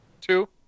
Two